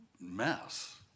mess